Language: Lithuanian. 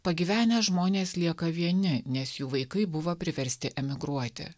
pagyvenę žmonės lieka vieni nes jų vaikai buvo priversti emigruoti